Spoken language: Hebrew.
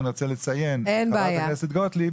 אני רוצה לציין את חברת הכנסת גוטליב